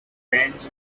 range